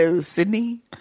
sydney